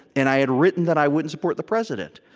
and i had written that i wouldn't support the president.